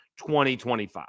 2025